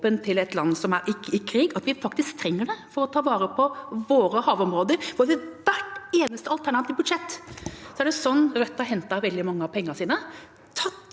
til et land som er i krig – og innser at vi faktisk trenger det for å ta vare på våre havområder? Ved hvert eneste alternative budsjett er det slik Rødt har hentet veldig mange av pengene sine ved